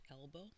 elbow